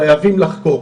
חייבים לחקור.